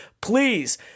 please